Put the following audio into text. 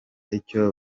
icyo